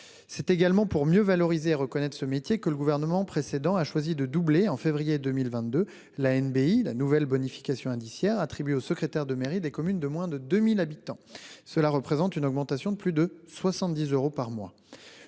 C'est également pour mieux valoriser et reconnaître ce métier que le Gouvernement précédent a choisi de doubler, en février 2022, la nouvelle bonification indiciaire (NBI), attribuée aux secrétaires de mairie des communes de moins de 2 000 habitants, ce qui représente une augmentation de plus de 70 euros par mois.